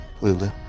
Lulu